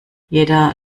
jeder